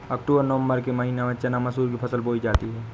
अक्टूबर नवम्बर के महीना में चना मसूर की फसल बोई जाती है?